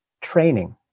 training